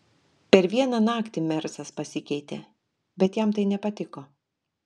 per vieną naktį mersas pasikeitė bet jam tai nepatiko